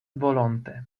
volonte